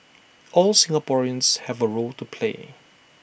all Singaporeans have A role to play